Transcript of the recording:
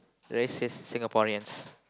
racist Singaporeans